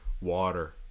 Water